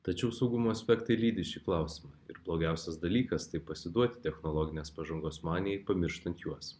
tačiau saugumo aspektai lydi šį klausimą ir blogiausias dalykas tai pasiduoti technologinės pažangos manijai pamirštant juos